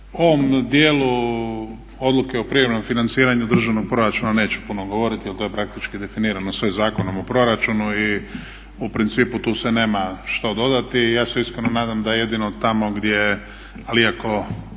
ovom dijelu odluke o privremenom financiranju državnog proračuna neću puno govoriti jer to je praktički definirano sve Zakonom o proračunu i u principu tu se nema što dodati. Ja se iskreno nadam da jedino tamo gdje, ali iako